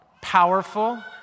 powerful